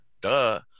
duh